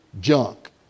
junk